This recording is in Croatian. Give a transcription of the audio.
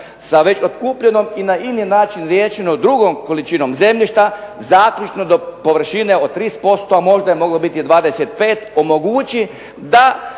sa već otkupljenom i na ini riješeno drugom količinom zemljišta zaključno do površine od 30% možda je moglo biti 25 omogući da